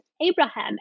Abraham